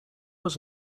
was